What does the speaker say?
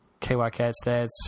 KYCatStats